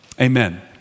Amen